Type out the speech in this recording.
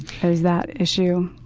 is that issue.